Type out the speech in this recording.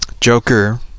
Joker